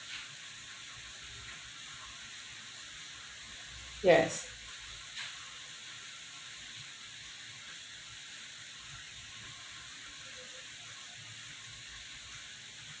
yes